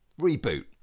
reboot